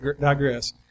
digress